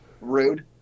Rude